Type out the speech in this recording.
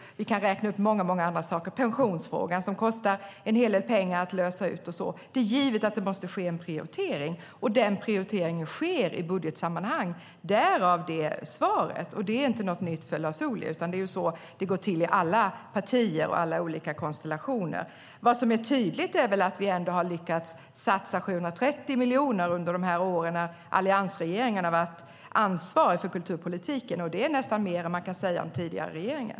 Vi kan räkna upp många andra saker, pensionsfrågan som kostar en hel del pengar att lösa ut och så vidare. Det är givet att det måste ske en prioritering, och den prioriteringen sker i budgetsammanhang, därav det svaret. Det är inte något nytt för Lars Ohly. Det är så det går till i alla partier och i alla olika konstellationer. Det som är tydligt är väl att vi ändå har lyckats satsa 730 miljoner under de år alliansregeringen har varit ansvarig för kulturpolitiken. Det är nästan mer än man kan säga om tidigare regeringar.